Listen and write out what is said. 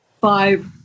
five